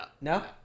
no